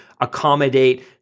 accommodate